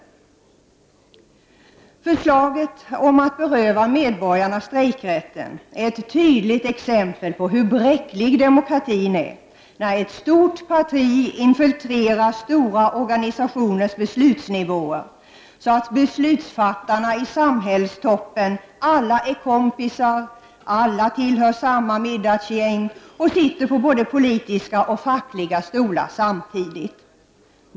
Förslaget om att beröva medborgarna strejkrätten är ett tydligt exempel på hur bräcklig demokratin är när ett stort parti infiltrerar stora organisationers beslutsnivåer, så att beslutsfattarna i samhällstoppen alla är kompisar, tillhör samma middagsgäng och sitter på både politiska och fackliga stolar samtidigt.